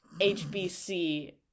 hbc